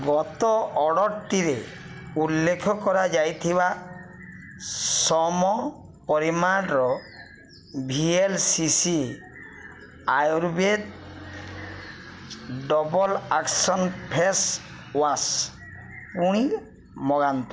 ଗତ ଅର୍ଡ଼ର୍ଟିରେ ଉଲ୍ଲେଖ କରାଯାଇଥିବା ସମ ପରିମାଣର V L C C Ayurveda double action face wash ପୁଣି ମଗାନ୍ତୁ